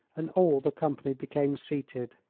and all the company became seated.